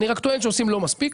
אני רק טוען שעושים לא מספיק.